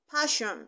passion